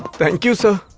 thank you, sir.